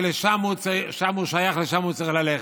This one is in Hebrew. לשם הוא שייך, לשם הוא צריך ללכת.